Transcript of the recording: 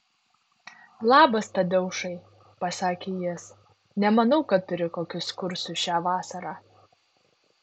labas tadeušai pasakė jis nemanau kad turi kokius kursus šią vasarą